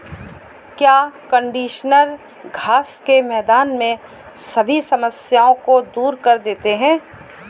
क्या कंडीशनर घास के मैदान में सभी समस्याओं को दूर कर देते हैं?